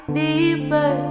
deeper